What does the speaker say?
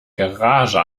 garage